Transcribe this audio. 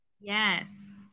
Yes